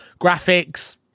graphics